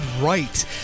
right